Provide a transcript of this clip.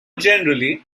generally